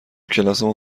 کلاسمون